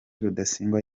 rudasingwa